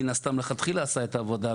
מן הסתם לכתחילה עשה את העבודה,